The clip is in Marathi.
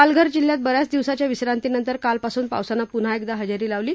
पालघर जिल्ह्यात बऱ्याच दिवसांच्या विश्रांती नंतर काल पासुन पावसानं पुन्हा एकदा हजेरी लावली आहे